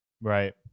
Right